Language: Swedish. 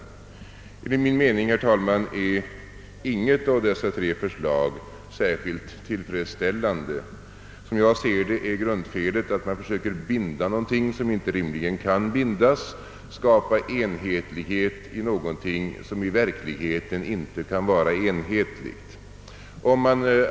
Enligt min mening är inget av dessa tre förslag särskilt tillfredsställande. Grundfelet är att man försöker binda någonting som rimligtvis inte kan bindas, skapa enhetlighet i fråga om någonting som i verkligheten inte kan vara enhetligt.